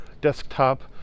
desktop